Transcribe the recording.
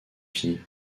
fille